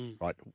Right